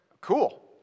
cool